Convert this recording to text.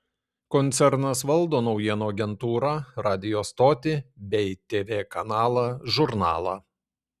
koncernas valdo naujienų agentūrą radijo stotį bei tv kanalą žurnalą